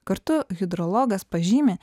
kartu hidrologas pažymi